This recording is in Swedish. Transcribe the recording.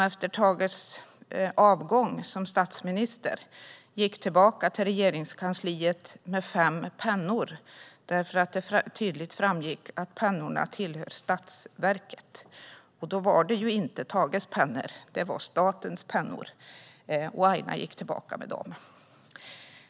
Efter Tages avgång som statsminister gick hon tillbaka till Regeringskansliet med fem pennor, eftersom det tydligt framgick att pennorna tillhörde statsverket. Då var det inte Tages pennor. Det var statens pennor. Aina gick tillbaka med dem.